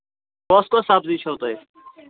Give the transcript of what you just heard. کۄس کۄس سَبزی چھَو تۄہہِ